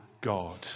God